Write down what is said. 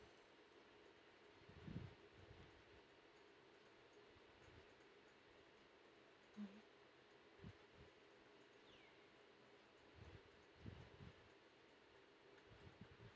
mm